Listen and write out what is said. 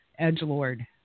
edgelord